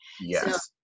Yes